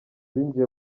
binjiye